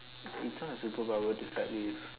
it's not a superpower to start with